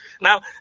now